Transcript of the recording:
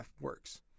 works